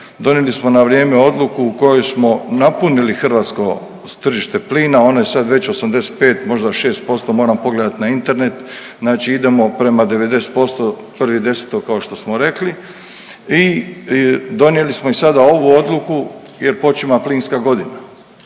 donijeli smo na vrijeme odluku u kojoj smo napunili hrvatsko tržište plina, ono je sad već 85, možda'6%, moram pogledat na Internet, znači idemo prema 90% 1.10. kao što smo rekli i donijeli smo i sada ovu odluku jer počima plinska godina,